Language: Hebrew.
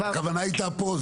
הכוונה הייתה פה,